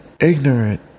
ignorant